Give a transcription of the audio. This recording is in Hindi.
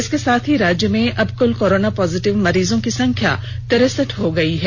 इसके साथ ही राज्य में अब कुल कोरोना पॉजिटिव मरीजों की संख्या अब तिरसठ हो गई है